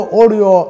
audio